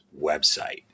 website